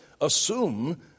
assume